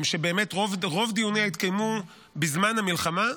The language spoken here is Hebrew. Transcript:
באמת, רוב דיוניה התקיימו בזמן המלחמה,